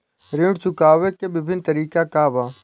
ऋण चुकावे के विभिन्न तरीका का बा?